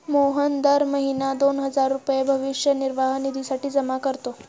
मोहन दर महीना दोन हजार रुपये भविष्य निर्वाह निधीसाठी जमा करतो